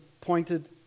pointed